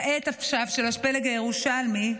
כעת, עכשיו, של הפלג הירושלמי,